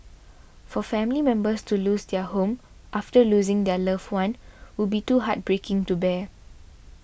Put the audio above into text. for family members to lose their home after losing their loved one would be too heartbreaking to bear